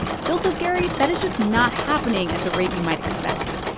still, says gary, that is just not happening at the rate you might expect.